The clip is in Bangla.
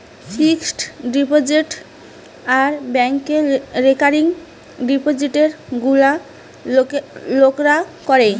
ফিক্সড ডিপোজিট আর ব্যাংকে রেকারিং ডিপোজিটে গুলা লোকরা করে